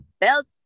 belt